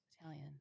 Italian